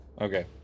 okay